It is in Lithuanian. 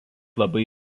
labai